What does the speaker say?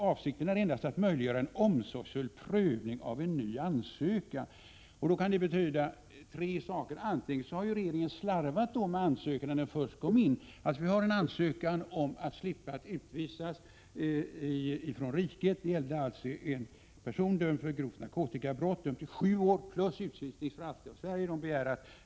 Avsikten är endast att möjliggöra en omsorgsfull prövning av en ny ansökan ———.” Det kan betyda tre saker: Antingen har regeringen slarvat då ansökan först kom in, eller har regeringen sedan slarvat med den omsorgsfulla prövning som är föreskriven, eller också har nya omständigheter tillkommit.